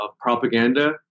propaganda